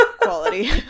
quality